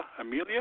Amelia